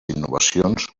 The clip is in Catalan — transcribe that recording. innovacions